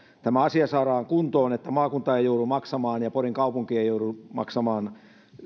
tämä asia saadaan kuntoon niin että maakunta ei joudu maksamaan ja porin kaupunki ei joudu maksamaan